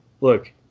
look